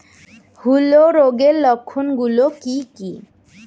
হূলো রোগের লক্ষণ গুলো কি কি?